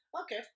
Okay